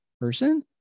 person